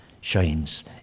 shines